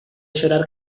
llorar